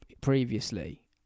previously